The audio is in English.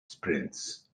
sprints